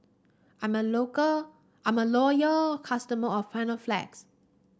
I'm a local I'm a loyal customer of Panaflex